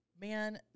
Man